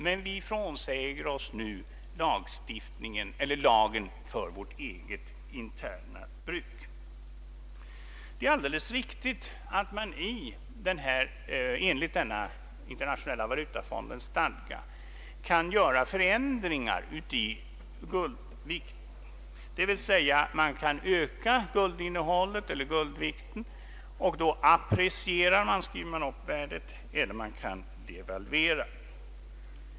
Men vi frånsäger oss nu lagen för vårt eget interna bruk. Det är alldeles riktigt att man enligt Internationella valutafondens stadgar Ang. rikets mynt, m.m. kan göra förändringar i guldvikten, dvs. man kan öka eller minska guldinnehållet eller guldvikten, appreciera, skriva upp, guldvärdet eller devalvera.